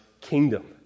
kingdom